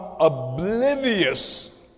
oblivious